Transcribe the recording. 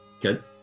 Good